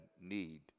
need